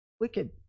Wicked